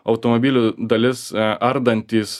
automobilių dalis ardantys